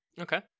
Okay